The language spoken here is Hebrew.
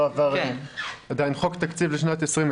לא עבר עדיין חוק תקציב לשנת 2020,